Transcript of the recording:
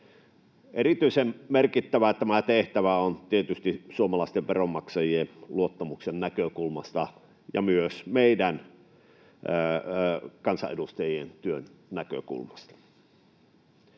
Erityisen merkittävä tämä tehtävä on tietysti suomalaisten veronmaksajien luottamuksen näkökulmasta ja myös meidän kansanedustajien työn näkökulmasta.